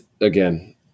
again